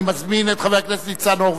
אני מזמין את חבר הכנסת ניצן הורוביץ.